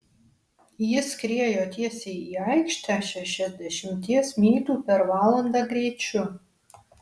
ji skriejo tiesiai į aikštę šešiasdešimties mylių per valandą greičiu